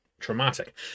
traumatic